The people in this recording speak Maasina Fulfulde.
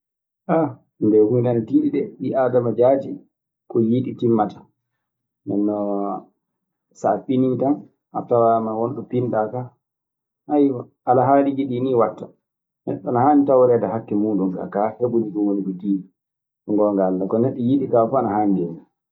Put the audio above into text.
ndee huunde kaa ana tiiɗi dee. Ɓii aadama jaati ko yiɗi timmataa. Ndeen non, so a finii tan a tawaama won ɗo pinɗaa kaa. alhaaliiji ɗii nii waɗta. Neɗɗo ana haani tawreede hakke muuɗun kaa, kaa heɓude ɗun woni ko tiiɗi. So ngoonga Alla ko neɗɗo yiɗi kaa fuu ana haandi hen.